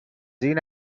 این